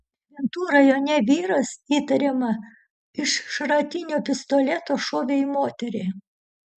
širvintų rajone vyras įtariama iš šratinio pistoleto šovė į moterį